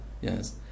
yes